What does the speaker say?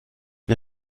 wir